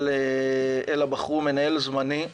אלא בחרו מנהל זמני,